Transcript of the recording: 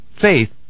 Faith